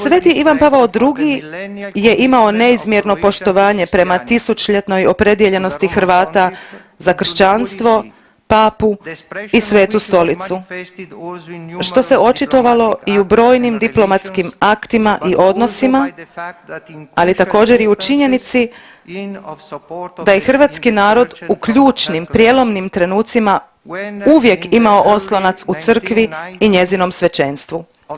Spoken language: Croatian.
Sveti Ivan Pavao II. je imao neizmjerno poštovanje prema 1000-ljetnoj opredijeljenosti Hrvata za kršćanstvo, papu i Svetu Stolicu, što se očitovalo i u brojnim diplomatskim aktima i odnosima, ali također i u činjenici da je hrvatski narod u ključnim i prijelomnim trenucima uvijek imao oslonac u crkvi i njezinom svećenstvu.